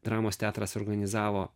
dramos teatras organizavo